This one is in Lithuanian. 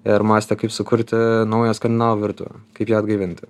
ir mąstė kaip sukurti naują skandinavų virtuvę kaip ją atgaivinti